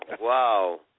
Wow